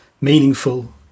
meaningful